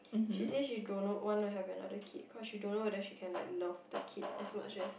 she says she don't know want to have another kid cause she don't know whether she can like love the kid as much as